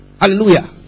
Hallelujah